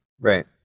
Right